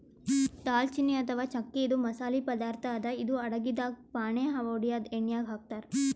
ದಾಲ್ಚಿನ್ನಿ ಅಥವಾ ಚಕ್ಕಿ ಇದು ಮಸಾಲಿ ಪದಾರ್ಥ್ ಅದಾ ಇದು ಅಡಗಿದಾಗ್ ಫಾಣೆ ಹೊಡ್ಯಾಗ್ ಎಣ್ಯಾಗ್ ಹಾಕ್ತಾರ್